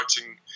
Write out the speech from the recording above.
writing